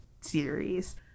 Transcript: series